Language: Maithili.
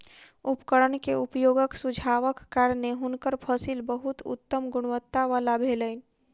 उपकरण के उपयोगक सुझावक कारणेँ हुनकर फसिल बहुत उत्तम गुणवत्ता वला भेलैन